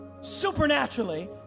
supernaturally